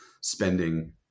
spending